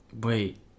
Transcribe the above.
wait